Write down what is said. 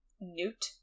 Newt